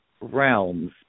realms